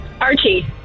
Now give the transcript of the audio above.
archie